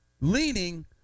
leaning